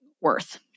worth